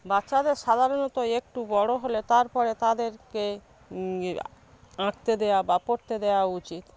বাচ্চাদের সাধারণত একটু বড় হলে তার পরে তাদেরকে আঁকতে দেওয়া বা পড়তে দেওয়া উচিত